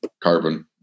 carbon